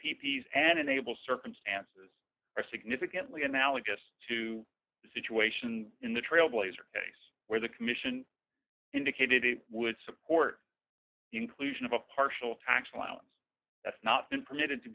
p s enable circumstances are significantly analogous to the situation in the trailblazer case where the commission indicated they would support the inclusion of a partial tax allowance that's not been permitted to